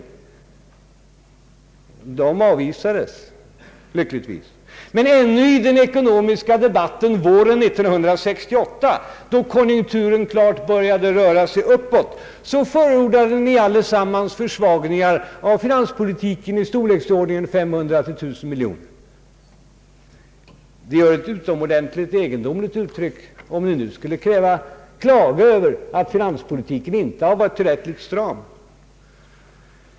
De förslagen avvisades lyckligtvis, men ännu i den ekonomiska debatten våren 1968, då konjunkturen klart började röra sig uppåt, förordade ni allesammans försvagningar av finanspolitiken i stor leksordningen 500 å 1000 miljoner kronor. Det gör ett utomordentligt intryck att nu klaga över att finanspolitiken inte har varit tillräckligt stram.